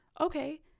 okay